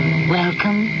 Welcome